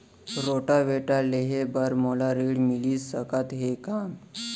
Rotavator लेहे बर मोला ऋण मिलिस सकत हे का?